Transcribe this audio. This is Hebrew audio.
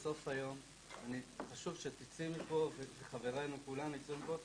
בסוף היום חשוב שתצאי מפה וחברנו כולם יצאו מפה,